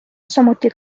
samuti